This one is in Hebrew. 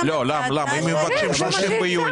לא, לא, הם מבקשים 30 ביוני.